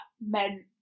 meant